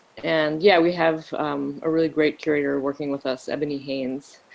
and yeah, we have a really great curator working with us, ebony haynes,